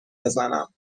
بزنم